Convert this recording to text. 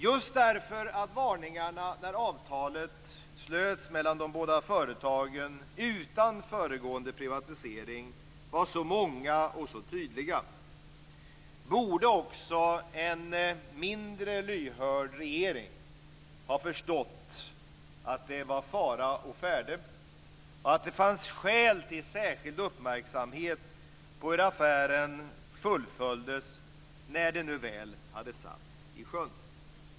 Just därför att varningarna när avtalet slöts mellan de båda företagen, utan föregående privatisering, var så många och så tydliga borde också en mindre lyhörd regering ha förstått att det var fara å färde och att det fanns skäl till särskild uppmärksamhet på hur affären fullföljdes när den nu väl hade satts i sjön.